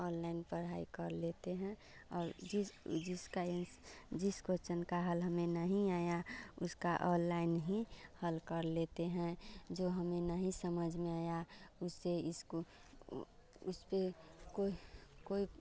online पढ़ाई कर लेते हैं और जिस जिस का एन्स जिस कोश्चन का हल हमें नहीं आया उसका ऑनलाइन ही हल कर लेते हैं जो हमें समझ में नहीं आया उसे इसको उसपर कोई कोई